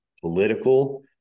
political